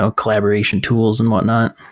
ah collaboration tools and whatnot.